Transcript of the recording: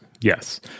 yes